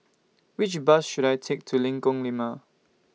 Which Bus should I Take to Lengkong Lima